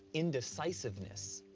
indecisiveness.